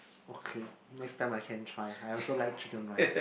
okay next time I can try I also like Chicken Rice